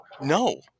no